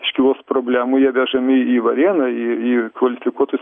iškilus problemai jie vežami į varėną į į kvalifikuotus